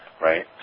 right